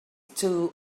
too